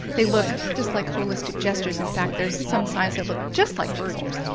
they look just like holistic gestures, in fact there're some signs that look just like gestures.